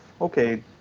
okay